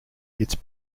its